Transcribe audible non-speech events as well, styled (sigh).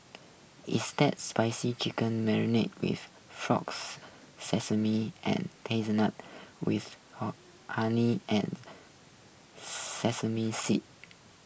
it's that spicy chicken marinated with frogs sesame and (unintelligible) with (hesitation) honey and sesame seeds